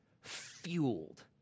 fueled